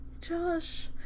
Josh